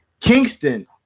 Kingston